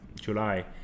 July